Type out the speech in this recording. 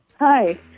Hi